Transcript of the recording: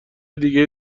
دیگه